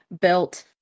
built